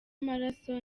amaraso